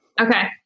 Okay